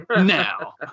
Now